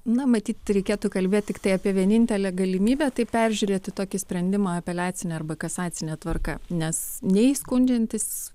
na matyt reikėtų kalbėt tiktai apie vienintelę galimybę tai peržiūrėti tokį sprendimą apeliacine arba kasacine tvarka nes nei skundžiantis